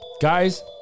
Guys